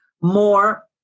more